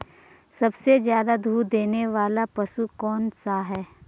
सबसे ज़्यादा दूध देने वाला पशु कौन सा है?